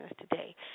today